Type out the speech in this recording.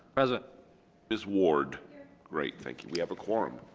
present ms. ward great thank you we have a quorum.